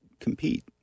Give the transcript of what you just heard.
compete